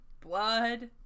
Blood